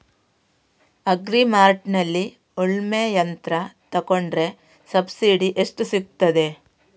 Agri ಮಾರ್ಟ್ನಲ್ಲಿ ಉಳ್ಮೆ ಯಂತ್ರ ತೆಕೊಂಡ್ರೆ ಸಬ್ಸಿಡಿ ಎಷ್ಟು ಸಿಕ್ತಾದೆ?